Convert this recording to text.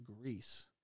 Greece